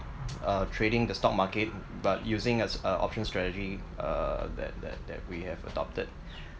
uh trading the stock market but using a a option strategy uh that that that we have adopted